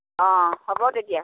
অ' হ'ব তেতিয়া